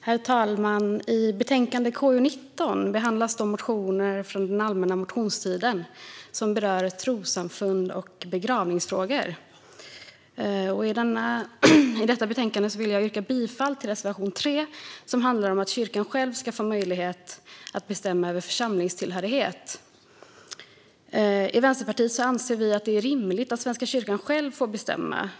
Herr talman! I KU:s betänkande 19 behandlas motioner från allmänna motionstiden som berör trossamfund och begravningsfrågor. Jag yrkar bifall till reservation 3, som handlar om att kyrkan själv ska få möjlighet att bestämma över församlingstillhörighet. Vi i Vänsterpartiet anser att det är rimligt att Svenska kyrkan själv får bestämma.